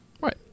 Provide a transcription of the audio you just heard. right